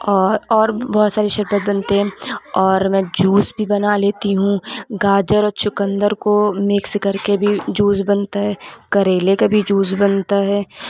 اور اور بہت سارے شربت بنتے ہیں اور میں جوس بھی بنا لیتی ہوں گاجر اور چکندر کو مکس کرکے بھی جوس بنتا ہے کریلے کا بھی جوس بنتا ہے